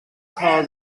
call